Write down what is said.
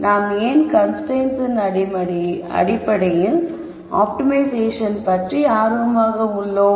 நாம் ஏன் constraints in optimisation பற்றி ஆர்வமாக உள்ளோம்